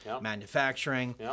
manufacturing